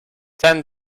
ten